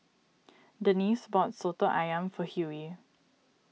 Denice bought Soto Ayam for Hughey